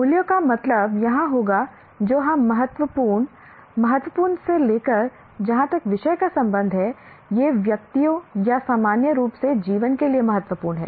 मूल्यों का मतलब यहां होगा जो हम महत्वपूर्ण महत्वपूर्ण से लेकर जहां तक विषय का संबंध है या व्यक्तियों या सामान्य रूप से जीवन के लिए महत्वपूर्ण है